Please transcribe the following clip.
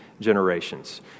generations